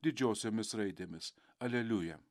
didžiosiomis raidėmis aleliuja